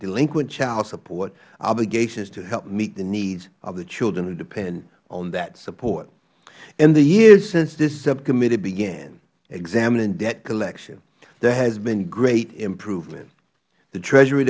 delinquent child support obligations to help meet the needs of the children who depend on that support in the years since this subcommittee began examining debt collection there has been great improvement the treasury